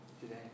today